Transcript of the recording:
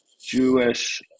Jewish